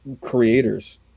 creators